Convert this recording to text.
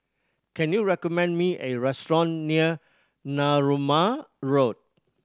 can you recommend me a restaurant near Narooma Road